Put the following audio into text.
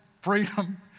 freedom